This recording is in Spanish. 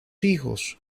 hijos